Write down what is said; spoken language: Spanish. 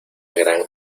gran